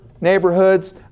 neighborhoods